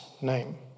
name